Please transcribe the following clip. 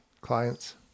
clients